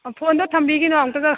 ꯐꯣꯟꯗꯣ ꯊꯝꯕꯤꯈꯤꯅꯨ ꯑꯝꯇꯒ